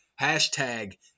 Hashtag